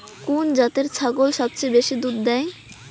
কুন জাতের ছাগল সবচেয়ে বেশি দুধ দেয়?